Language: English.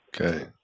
Okay